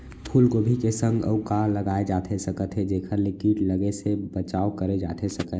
फूलगोभी के संग अऊ का लगाए जाथे सकत हे जेखर ले किट लगे ले बचाव करे जाथे सकय?